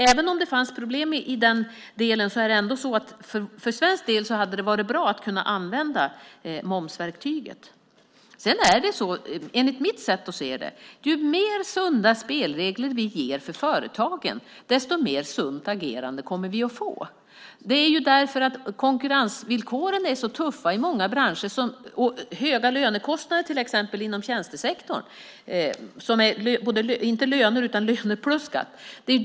Även om det fanns problem i den delen hade det för svensk del varit bra att kunna använda momsverktyget. Ju mer sunda spelregler vi ger för företagen, desto mer sunt agerande kommer vi att få enligt mitt sätt att se det. Konkurrensvillkoren är tuffa inom många branscher. Det gäller till exempel höga lönekostnader inom tjänstesektorn. Det handlar inte om löner, utan om löner plus skatt.